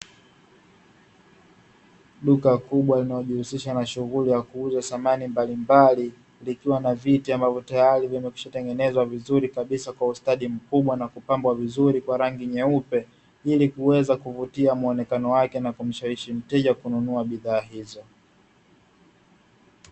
Duka kubwa linaojihusisha na shughuli ya kuuza samani mbalimbali likiwa na viti ambavyo tayari vimekwisha tengenezwa vizuri kabisa kwa ustadi mkubwa na kupambwa vizuri kwa rangi nyeupe, ili kuweza kuvutia muonekano wake na kumshawishi mteja kununua bidhaa hizo.